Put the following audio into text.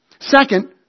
Second